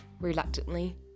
reluctantly